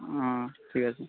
ঠিক আছে